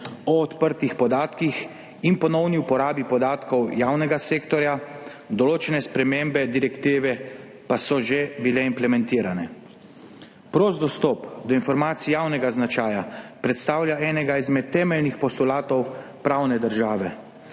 o odprtih podatkih in ponovni uporabi informacij javnega sektorja, določene spremembe direktive pa so že bile implementirane. Prost dostop do informacij javnega značaja predstavlja enega izmed temeljnih postulatov pravne države.